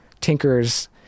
tinkers